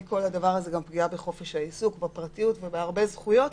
פגיעה בחופש העיסוק, בפרטיות, ובעוד הרבה זכויות.